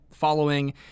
following